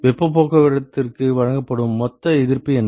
வெப்பப் போக்குவரத்திற்கு வழங்கப்படும் மொத்த எதிர்ப்பு என்ன